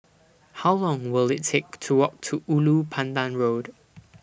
How Long Will IT Take to Walk to Ulu Pandan Road